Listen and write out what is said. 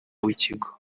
w’ikigo